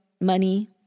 money